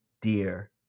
dear